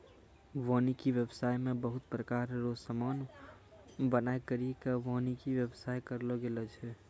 वानिकी व्याबसाय मे बहुत प्रकार रो समान बनाय करि के वानिकी व्याबसाय करलो गेलो छै